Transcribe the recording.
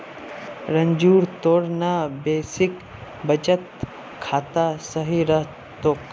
रंजूर तोर ना बेसिक बचत खाता सही रह तोक